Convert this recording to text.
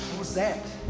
was that?